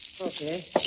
Okay